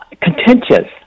contentious